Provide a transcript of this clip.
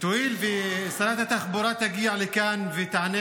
תואיל שרת התחבורה להגיע לכאן ותענה